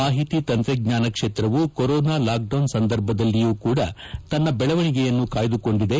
ಮಾಹಿತಿ ತಂತ್ರಜ್ಞಾನ ಕ್ಷೇತ್ರವು ಕೊರೊನಾ ಲಾಕ್ಡೌನ್ ಸಂದರ್ಭದಲ್ಲಿಯೂ ಕೂಡ ತನ್ನ ಬೆಳವಣಿಗೆಯನ್ನು ಕಾಯ್ಲುಕೊಂಡಿದೆ